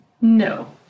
no